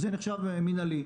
וזה נחשב מינהלי,